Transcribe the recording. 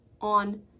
on